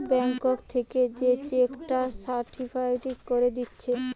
bank থিকে যে cheque টা সার্টিফায়েড কোরে দিচ্ছে